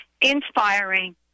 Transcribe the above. Inspiring